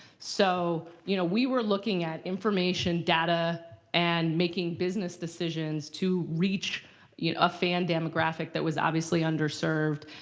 so you know we were looking at information data and making business decisions to reach you know a fan demographic that was obviously under served.